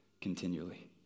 continually